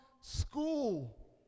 school